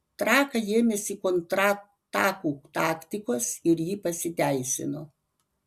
trakai ėmėsi kontratakų taktikos ir ji pasiteisino